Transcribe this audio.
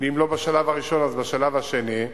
ואם לא בשלב הראשון אז בשלב השני,